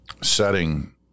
setting